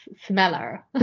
smeller